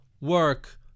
work